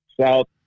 south